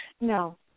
No